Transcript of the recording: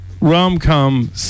rom-com